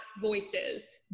voices